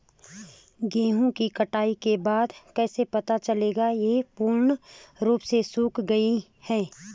गेहूँ की कटाई के बाद कैसे पता चलेगा ये पूर्ण रूप से सूख गए हैं?